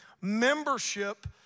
membership